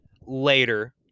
later